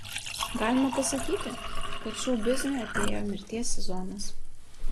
galima pasakyti kad šou bizniui atėjo mirties sezonas